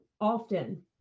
often